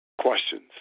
questions